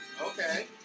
Okay